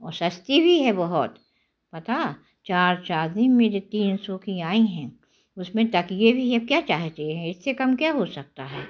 और सस्ती भी है बहुत पता चार चादर मेरे तीन सौ की आईं हैं उसमें तकिये भी हैं अब क्या चाहते हैं इससे कम क्या हो सकता है